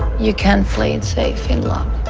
you can't play it safe in love.